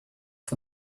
for